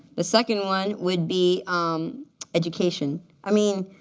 the second one would be um education. i mean,